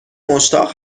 مشتاق